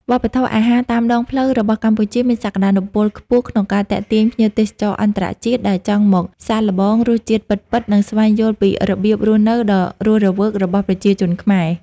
វប្បធម៌អាហារតាមដងផ្លូវ របស់កម្ពុជាមានសក្ដានុពលខ្ពស់ក្នុងការទាក់ទាញភ្ញៀវទេសចរអន្តរជាតិ ដែលចង់មកសាកល្បងរសជាតិពិតៗ និងស្វែងយល់ពីរបៀបរស់នៅដ៏រស់រវើករបស់ប្រជាជនខ្មែរ។